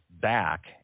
back